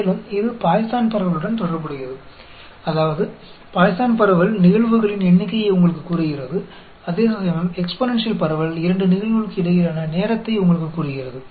மேலும் இது பாய்சான் பரவலுடன் தொடர்புடையது அதாவது பாய்சான் பரவல் நிகழ்வுகளின் எண்ணிக்கையை உங்களுக்குக் கூறுகிறது அதேசமயம் எக்ஸ்பொனேன்ஷியல் பரவல் இரண்டு நிகழ்வுகளுக்கு இடையிலான நேரத்தை உங்களுக்குக் கூறுகிறது